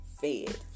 fed